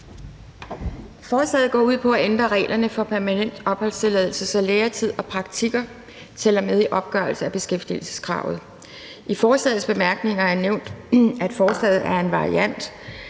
Forslaget går ud på at ændre reglerne for permanent opholdstilladelse, så læretid og praktikker tæller med i opgørelse af beskæftigelseskravet. I forslagets bemærkninger er nævnt, at forslaget er en variant